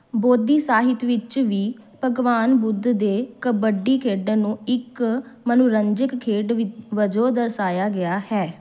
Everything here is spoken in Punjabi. ਬੋਧੀ ਸਾਹਿਤ ਵਿੱਚ ਵੀ ਭਗਵਾਨ ਬੁੱਧ ਦੇ ਕਬੱਡੀ ਖੇਡਣ ਨੂੰ ਇੱਕ ਮਨੋਰੰਜਕ ਖੇਡ ਵੀ ਵਜੋਂ ਦਰਸਾਇਆ ਗਿਆ ਹੈ